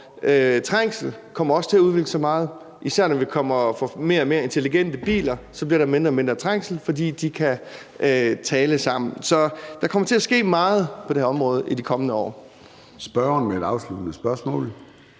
trængsel kommer også til at udvikle sig meget, især når vi får mere og mere intelligente biler, for så bliver der mindre og mindre trængsel, fordi de kan tale sammen. Der kommer til at ske meget på det her område i de kommende år. Kl. 13:52 Formanden (Søren